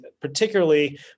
particularly